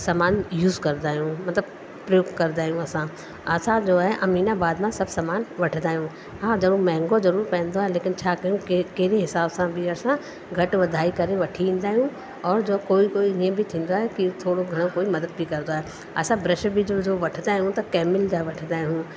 सामान यूज़ करंदा आहियूं मतिलबु प्रयोग करंदा आहियूं असां असां जो आहे अमीनाबाद मां सभु सामान वठंदा आहियूं हा ज़रूरु महांगो ज़रूरु पवंदो आहे लेकिन छा कयूं कहिड़े कहिड़े हिसाब सां बि असां घटि वधाई करे वठी ईंदा आहियूं और जो कोई कोई ईअं बि थींदो आहे कि थोरो घणो कोई मदद बि करंदो आहे असां ब्रश जो बि जो वठंदा आहियूं उहो त कंहिंमहिल जा वठंदा आहियूं